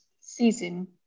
season